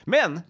Men